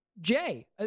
Jay